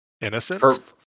Innocent